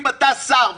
אם אתה שר,